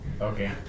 Okay